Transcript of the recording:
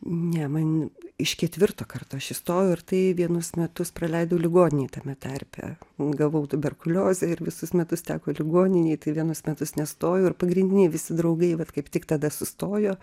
ne man iš ketvirto karto aš įstojau ir tai vienus metus praleidau ligoninėj tame tarpe gavau tuberkuliozę ir visus metus teko ligoninėj tai vienus metus nestojau pagrindiniai visi draugai vat kaip tik tada sustojo